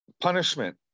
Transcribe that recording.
punishment